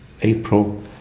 April